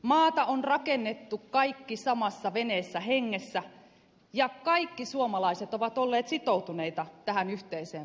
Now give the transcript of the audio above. maata on rakennettu kaikki samassa veneessä hengessä ja kaikki suomalaiset ovat olleet sitoutuneita tähän yhteiseen projektiin